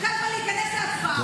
בבקשה, עשר דקות לרשותך.